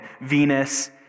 Venus